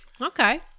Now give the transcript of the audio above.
Okay